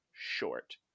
short